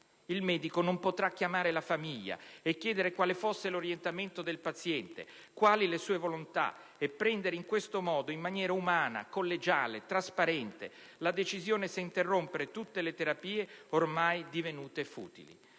Il medico non potrà chiamare la famiglia e chiedere quale fosse l'orientamento del paziente, quali le sue volontà e prendere in questo modo, in maniera umana, collegiale e trasparente, la decisione se interrompere o meno tutte le terapie ormai divenute futili.